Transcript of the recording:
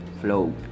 flow